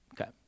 Okay